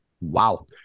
wow